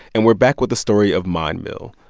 and we're back with the story of mine mill.